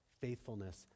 faithfulness